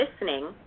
listening –